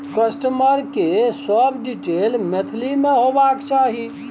customer के सब detail Maithili में होबाक चाही